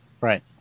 Right